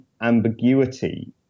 ambiguity